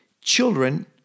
Children